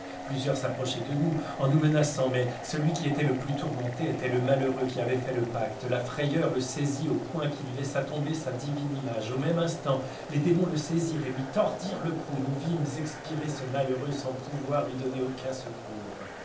plusieurs s'approchaient de nous en nous menaçant mais celui qui était le plus tourmenté était le malheureux qui avait fait le pacte la frayeur le saisit au point qu'il laissa tomber sa divine image au même instant les démons le saisirent et lui tordirent le cou nous vîmes expirer ce malheureux sans pouvoir lui donner aucun secours